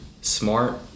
smart